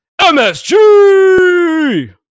MSG